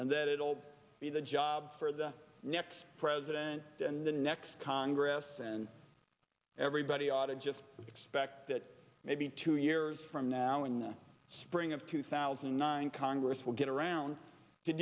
and that it will be the job for the next president and the next congress and everybody ought to just expect that maybe two years from now in the spring of two thousand and nine congress will get around to